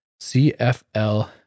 CFL